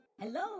Hello